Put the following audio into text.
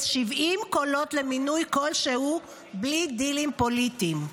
70 קולות למינוי כלשהו בלי דילים פוליטיים?